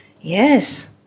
Yes